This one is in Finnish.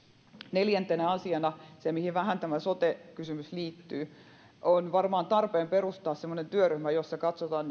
neljäntenä asiana se mihin vähän liittyy sote kysymys on varmaan tarpeen perustaa semmoinen työryhmä jossa katsotaan